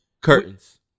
curtains